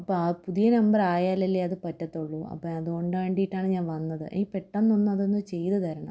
അപ്പോള് ആ പുതിയ നമ്പര് ആയാലല്ലേ അത് പറ്റത്തുള്ളൂ അപ്പോള് അതുകൊണ്ടുവേണ്ടിയിട്ടാണ് ഞാൻ വന്നത് എനിക്ക് പെട്ടന്നൊന്ന് അതൊന്നു ചെയ്തുതരണം